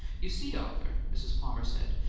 you see, arthur, mrs. palmer said,